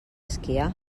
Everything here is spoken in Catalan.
esquiar